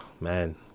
man